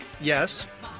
yes